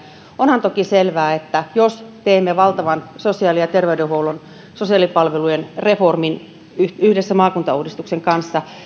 onhan toki selvää että jos teemme valtavan sosiaali ja terveydenhuollon ja sosiaalipalvelujen reformin yhdessä maakuntauudistuksen kanssa